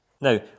Now